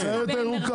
הסיירת הירוקה.